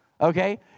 Okay